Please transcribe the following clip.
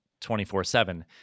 24-7